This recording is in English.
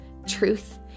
truth